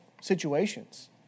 situations